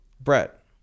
Brett